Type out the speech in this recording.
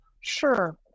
Sure